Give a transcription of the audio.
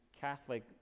Catholic